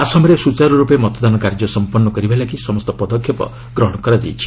ଆସାମରେ ସ୍ରଚାର୍ଚର୍ପେ ମତଦାନ କାର୍ଯ୍ୟ ସମ୍ପନ୍ନ କରିବା ଲାଗି ସମସ୍ତ ପଦକ୍ଷେପ ଗ୍ରହଣ କରାଯାଇଛି